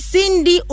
Cindy